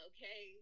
Okay